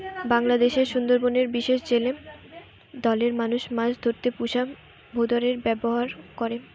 বাংলাদেশের সুন্দরবনের বিশেষ জেলে দলের মানুষ মাছ ধরতে পুষা ভোঁদড়ের ব্যাভার করে